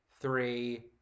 three